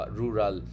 rural